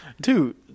Dude